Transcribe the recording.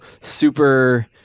super